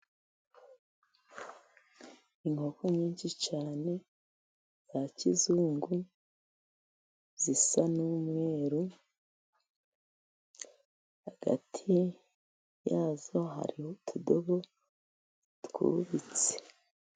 Inkoko nyinshi cyane za kizungu zisa n'umweruru. Hagati yazo hariho utudobo twubitse.